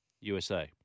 USA